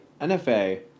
NFA